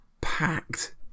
packed